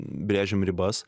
brėžiam ribas